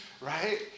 Right